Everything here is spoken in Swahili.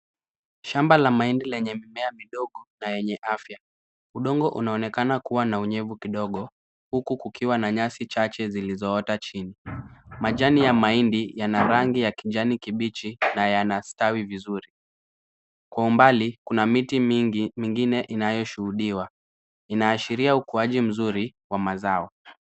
Shamba la maindi yenye mimea midogo na yenye afya. Udongo unaonekana kuwa na unyevu kidogo, huku kukiwa na nyasi chache zilizoota chini. Majani ya maindi yana rangi ya kijani kibichi na yanastawi vizuri. Kwa umbali, kuna miti mingi, mingine inayo shuhudiwa. Inaashiria ukuaji mzuri wa mazao.